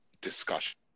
discussion